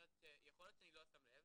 יכול להיות שאני לא שם לב,